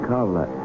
Carla